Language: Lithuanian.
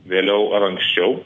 vėliau ar anksčiau